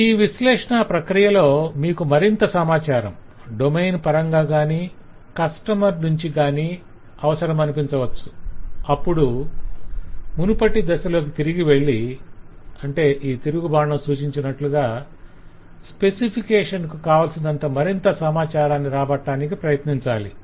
ఈ విశ్లేషణా ప్రక్రియలో మీకు మరింత సమాచారం - డొమైన్ పరంగా గాని కస్టమర్ నుంచి గాని అవసరమనిపించవచ్చు అప్పుడు మునుపటి దశలోకి తిరిగి వెళ్ళి ఈ తిరుగు బాణం సూచించినట్లుగా స్పెసిఫికేషన్ కు కావలసిన మరింత సమాచారాన్ని రాబట్టటానికి ప్రయతించాలి